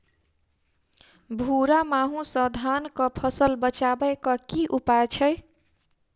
भूरा माहू सँ धान कऽ फसल बचाबै कऽ की उपाय छै?